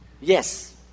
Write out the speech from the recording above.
Yes